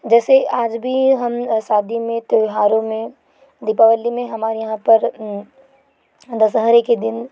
जैसे आज भी हम शादी में त्योहरों में दीपावली में हमारे यहाँ पर दशहरे के दिन